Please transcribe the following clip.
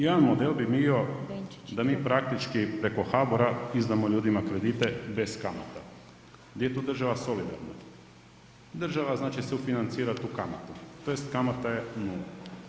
Jedan model bi bio da mi praktički preko HABOR-a izdamo ljudima kredite bez kamata, gdje je tu država solidarna, država znači sufinancira tu kamatu tj. kamata je nula.